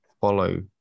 follow